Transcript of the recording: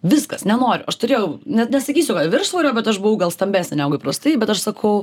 viskas nenoriu aš turėjau net nesakysiu kad viršsvorio bet aš buvau gal stambesnė negu įprastai bet aš sakau